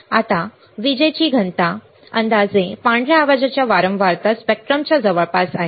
आता विजेची घनता अंदाजे पांढऱ्या आवाजाच्या वारंवारता स्पेक्ट्रमच्या जवळपास आहे